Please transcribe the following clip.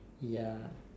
ya